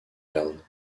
gardes